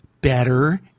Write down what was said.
better